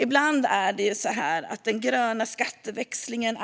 Ibland anklagas ju den gröna skatteväxlingen